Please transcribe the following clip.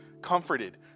comforted